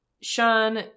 Sean